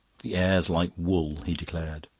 the air's like wool, he declared.